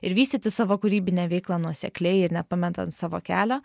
ir vystyti savo kūrybinę veiklą nuosekliai ir nepametant savo kelio